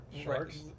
sharks